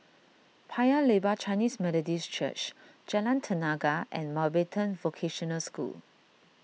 Paya Lebar Chinese Methodist Church Jalan Tenaga and Mountbatten Vocational School